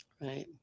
right